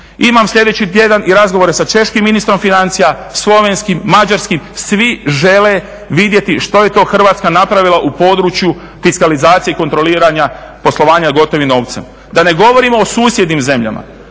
Imam sljedeći tjedan i razgovore sa češkim ministrom financija, slovenskim, mađarskim. Svi žele vidjeti što je to Hrvatska napravila u području fiskalizacije i kontroliranja poslovanja gotovim novcem da ne govorimo o susjednim zemljama.